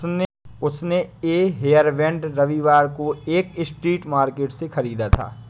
उसने ये हेयरबैंड रविवार को एक स्ट्रीट मार्केट से खरीदा था